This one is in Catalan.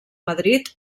madrid